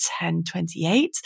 1028